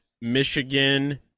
Michigan